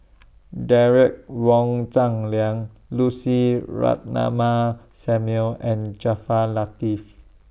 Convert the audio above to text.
Derek Wong Zi Liang Lucy Ratnammah Samuel and Jaafar Latiff